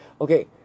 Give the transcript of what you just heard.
Okay